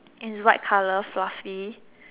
it's white colour fluffy